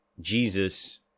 Jesus